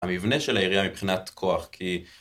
המבנה של העירייה מבחינת כוח, כי...